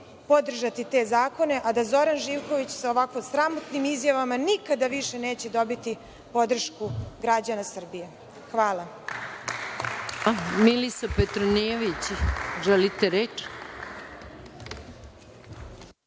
podržati te zakone, a da Zoran Živković sa ovako sramotnim izjavama nikada više neće dobiti podršku građana Srbije. Hvala. **Maja Gojković** Hvala. Reč